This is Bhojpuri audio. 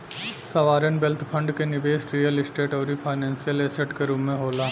सॉवरेन वेल्थ फंड के निबेस रियल स्टेट आउरी फाइनेंशियल ऐसेट के रूप में होला